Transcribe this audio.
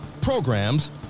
programs